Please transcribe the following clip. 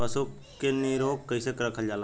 पशु के निरोग कईसे रखल जाला?